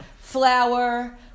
flour